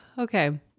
Okay